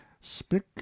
spick